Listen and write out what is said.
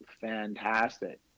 fantastic